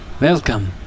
Welcome